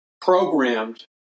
programmed